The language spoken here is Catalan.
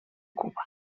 cuba